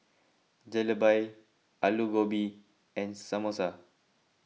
Jalebi Alu Gobi and Samosa